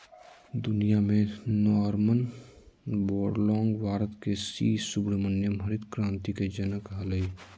दुनिया में Norman Borlaug Bharat के सी सुब्रमण्यम हरित क्रांति के जनक हलई